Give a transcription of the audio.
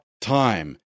time